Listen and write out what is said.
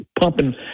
pumping